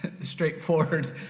straightforward